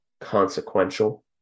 consequential